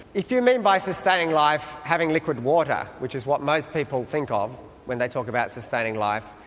if you mean by sustaining life having liquid water, which is what most people think of when they talk about sustaining life,